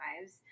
lives